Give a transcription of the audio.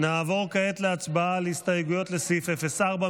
נעבור כעת להצבעה על הסתייגויות לסעיף 04,